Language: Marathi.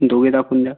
दोघे दाखवून द्या